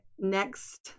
next